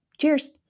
Cheers